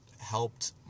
helped